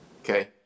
Okay